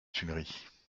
tuileries